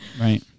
Right